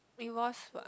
it was what